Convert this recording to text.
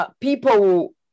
people